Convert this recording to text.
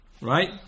Right